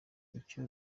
icyo